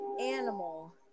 animal